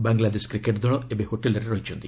Bangladesh cricket ଦଳ ଏବେ ହୋଟେଲରେ ଅଛନ୍ତି